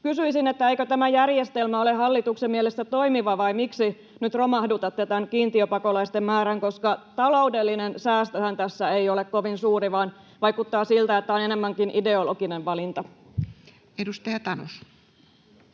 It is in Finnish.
Kysyisin: eikö tämä järjestelmä ole hallituksen mielestä toimiva, vai miksi nyt romahdutatte tämän kiintiöpakolaisten määrän? [Perussuomalaisten ryhmästä: Se maksaa!] Taloudellinen säästöhän tässä ei ole kovin suuri, vaan vaikuttaa siltä, että tämä on enemmänkin ideologinen valinta. [Perussuomalaisten